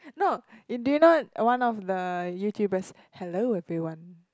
no do you know one of the YouTubers hello everyone